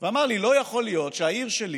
ואמר לי: לא יכול להיות שהעיר שלי